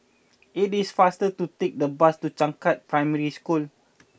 it is faster to take the bus to Changkat Primary School